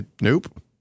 Nope